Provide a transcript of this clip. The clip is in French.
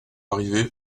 arriver